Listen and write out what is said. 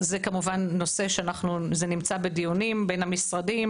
זה כמובן נושא שנמצא בדיונים בין המשרדים